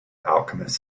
alchemist